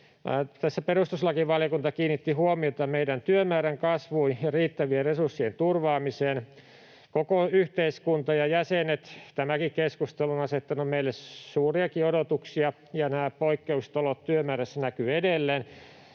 perustuslakivaliokunta kiinnitti huomiota meidän työmäärämme kasvuun ja riittävien resurssien turvaamiseen. Koko yhteiskunta ja sen jäsenet — ja tämäkin keskustelu — ovat asettaneet meille suuriakin odotuksia, ja nämä poikkeusolot näkyvät työmäärässä edelleen.